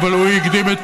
אבל הוא הקדים את